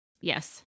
Yes